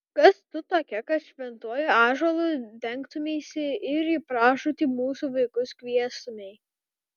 kas tu tokia kad šventuoju ąžuolu dengtumeisi ir į pražūtį mūsų vaikus kviestumei